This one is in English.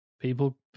people